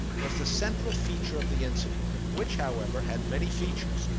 was the central feature of the incident, which, however, had many features,